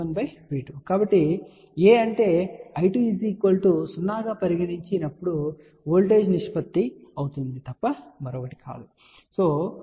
V1 V2 కాబట్టి A అంటే I2 0 గా పరిగణించిన వోల్టేజ్ నిష్పత్తి తప్ప మరొకటి కాదు